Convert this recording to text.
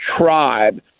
tribe